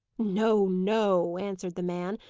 no, no, answered the man.